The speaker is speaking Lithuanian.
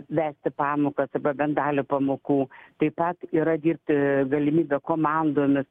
vesti pamokas arba bent dalį pamokų taip pat yra dirbti galimybė komandomis